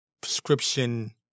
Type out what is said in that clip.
prescription